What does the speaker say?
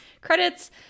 credits